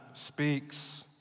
Speaks